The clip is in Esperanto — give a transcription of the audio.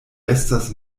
estas